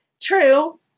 True